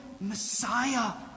Messiah